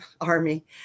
Army